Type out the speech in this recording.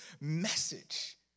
message